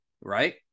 right